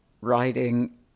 writing